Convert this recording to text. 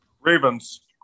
Ravens